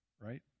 right